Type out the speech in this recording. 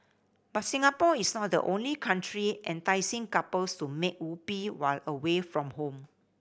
but Singapore is not the only country enticing couples to make whoopee while away from home